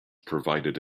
provided